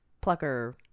plucker